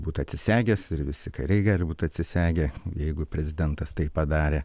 būti atsisegęs ir visi kariai gali būt atsisegę jeigu prezidentas tai padarė